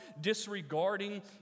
disregarding